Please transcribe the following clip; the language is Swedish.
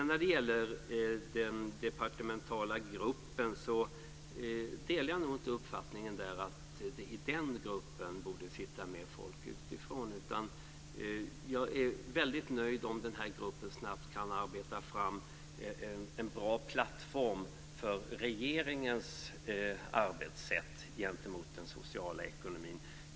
När det gäller den departementala gruppen delar jag nog inte uppfattningen att där borde sitta med folk utifrån. I stället är jag väldigt nöjd om gruppen snabbt kan arbeta fram en bra plattform för regeringens arbetssätt gentemot den sociala ekonomin.